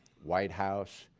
white house,